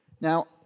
Now